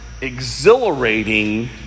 exhilarating